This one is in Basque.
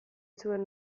zuen